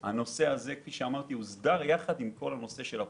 הנושא הזה הוסדר יחד עם כל הנושא של הפו"ש.